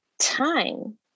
time